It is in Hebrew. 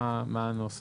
את הנוסח.